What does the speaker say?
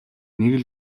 нэг